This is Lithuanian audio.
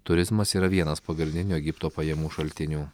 turizmas yra vienas pagrindinių egipto pajamų šaltinių